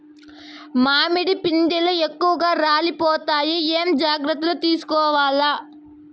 మామిడి పిందెలు ఎక్కువగా రాలిపోతాయి ఏమేం జాగ్రత్తలు తీసుకోవల్ల?